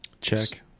Check